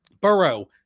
Burrow